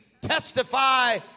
testify